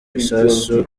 bisasu